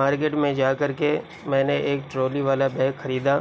market میں جا کر کے میں نے ایک ٹرالی والا بیگ خریدا